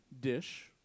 dish